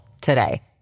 today